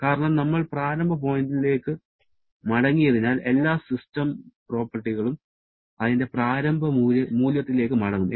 കാരണം നമ്മൾ പ്രാരംഭ പോയിന്റിലേക്ക് മടങ്ങിയതിനാൽ എല്ലാ സിസ്റ്റം പ്രോപ്പർട്ടികളും അതിന്റെ പ്രാരംഭ മൂല്യത്തിലേക്ക് മടങ്ങും